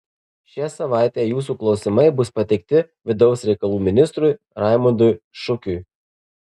šią savaitę jūsų klausimai bus pateikti vidaus reikalų ministrui raimondui šukiui